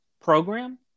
program